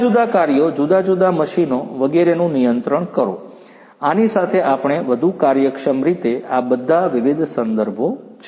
જુદા જુદા કાર્યો જુદા જુદા મશીનો વગેરેનું નિયંત્રણ કરો આની સાથે આપણે વધુ કાર્યક્ષમ રીતે આ બધાં વિવિધ સંદર્ભો છે